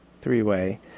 three-way